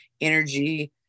energy